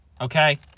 okay